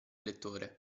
lettore